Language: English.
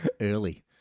early